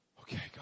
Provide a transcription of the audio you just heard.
Okay